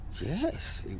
Yes